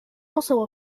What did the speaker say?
also